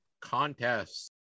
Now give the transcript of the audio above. contests